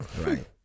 Right